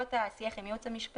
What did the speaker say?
ובעקבות השיח עם הייעוץ המשפטי,